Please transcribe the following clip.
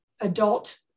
adult